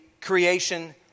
creation